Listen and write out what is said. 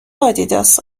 آدیداس